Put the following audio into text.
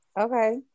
Okay